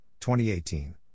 2018